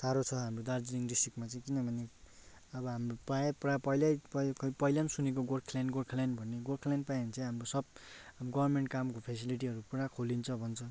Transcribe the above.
सह्रो छ हाम्रो दार्जिलिङ डिस्ट्रिकमा चाहिँ किनभने अब हाम्रो प्रायः प्रायः पहिलै खोइ पहिला पनि सुनेको गोर्खाल्यान्ड गोर्खाल्यान्ड भनेको गोर्खाल्यान्ड पायो भने चाहिँ हाम्रो सब गर्मेन्ट कामको फेसिलिटीहरू पुरा खोलिन्छ भन्छ